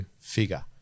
figure